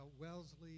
Wellesley